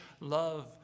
love